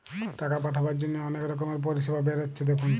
টাকা পাঠাবার জন্যে অনেক রকমের পরিষেবা বেরাচ্ছে দেখুন